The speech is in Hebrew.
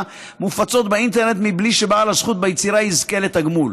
ומופצות באינטרנט בלי שבעל הזכות ביצירה יזכה לתגמול.